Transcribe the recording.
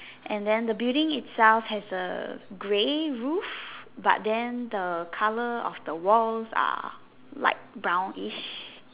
and then the building itself has a grey roof but then the colour of the walls are light brownish